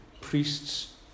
priests